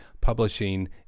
publishing